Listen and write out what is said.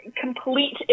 complete